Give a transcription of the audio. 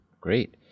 great